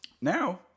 Now